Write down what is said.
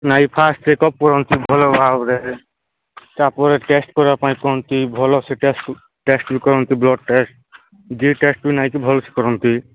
ନାଇଁ first checkup କରନ୍ତି ଭଲ ଭାବରେ ତା'ପରେ ଟେଷ୍ଟ୍ କରିବା ପାଇଁ କୁହନ୍ତି ଭଲସେ ଟେଷ୍ଟ୍ ଟେଷ୍ଟ୍ ବି କରନ୍ତି ବ୍ଳଡ଼୍ ଟେଷ୍ଟ୍ ଯିଏ ଟେଷ୍ଟ୍ ବି ନାଇଁ କି ଭଲ୍ସେ କରନ୍ତି